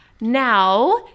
Now